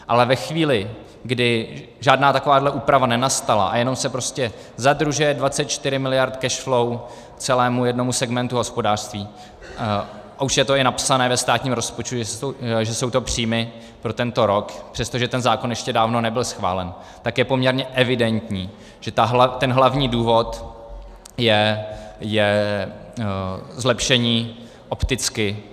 Ale ve chvíli, kdy žádná takováhle úprava nenastala a jenom se prostě zadržuje 24 miliard cash flow celému jednomu segmentu hospodářství a už je to i napsané ve státním rozpočtu, že jsou to příjmy pro tento rok, přestože ten zákon ještě dávno nebyl schválen , tak je poměrně evidentní, že ten hlavní důvod je zlepšení opticky.